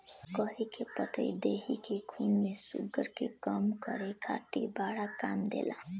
करी के पतइ देहि के खून में शुगर के कम करे खातिर बड़ा काम देला